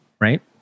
right